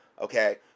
Okay